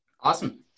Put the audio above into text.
Awesome